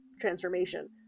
transformation